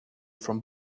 from